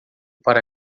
para